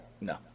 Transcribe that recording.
No